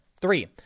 Three